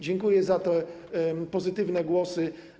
Dziękuję za te pozytywne głosy.